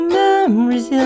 memories